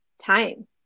time